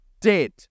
dead